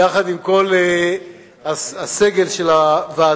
יחד עם כל הסגל של הוועדה.